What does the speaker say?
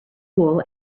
wool